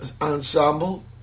Ensemble